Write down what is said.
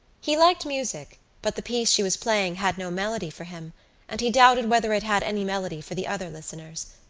he liked music but the piece she was playing had no melody for him and he doubted whether it had any melody for the other listeners,